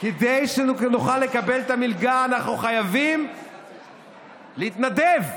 כדי שנוכל לקבל את המלגה אנחנו חייבים להתנדב.